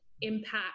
impact